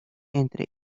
entre